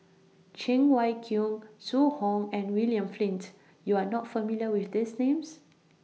Cheng Wai Keung Zhu Hong and William Flint YOU Are not familiar with These Names